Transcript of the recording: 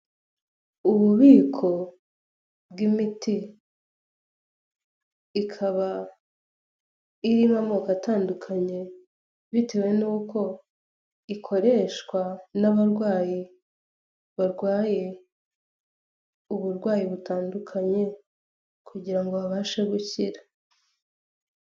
Ububiko bw'imiti ikaba irimo amoko atandukanye, bitewe n'uko ikoreshwa n'abarwayi barwaye uburwayi butandukanye kugira ngo babashe gukira.